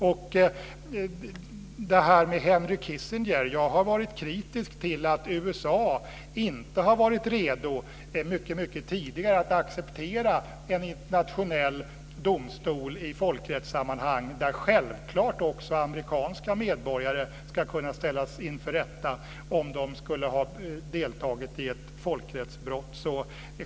Sedan var det Henry Kissinger. Jag har varit kritisk till att USA inte mycket tidigare har varit redo att acceptera en internationell domstol i folkrättssammanhang där självklart även amerikanska medborgare ska ställas inför rätta om de har deltagit i folkrättsbrott.